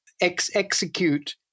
execute